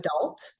adult